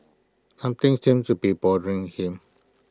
something seems to be bothering him